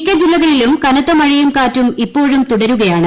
മിക്ക ജില്ലകളിലും കനത്ത മഴയും കാറ്റും ഇപ്പോഴും തുടരുകയാണ്